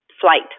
flight